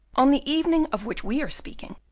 on the evening of which we are speaking,